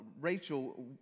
Rachel